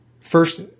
first